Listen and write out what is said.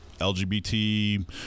LGBT